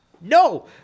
No